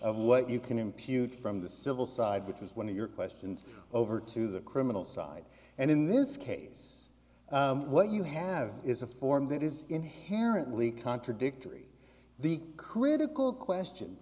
of what you can impute from the civil side which is one of your questions over to the criminal side and in this case what you have is a form that is inherently contradictory the critical question